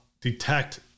detect